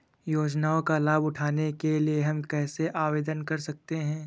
योजनाओं का लाभ उठाने के लिए हम कैसे आवेदन कर सकते हैं?